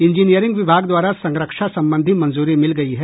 engineering विभाग द्वारा संरक्षा संबंधी मंजूरी मिल गयी है